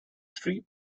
three